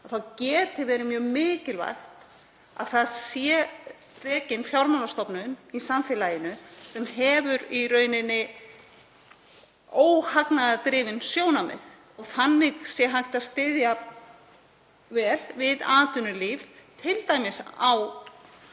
þá getur verið mjög mikilvægt að það sé rekin fjármálastofnun í samfélaginu sem hefur í rauninni óhagnaðardrifin sjónarmið. Þannig sé hægt að styðja vel við atvinnulíf, t.d. á